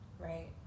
right